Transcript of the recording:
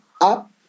up